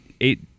eight